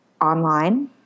online